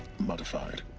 modified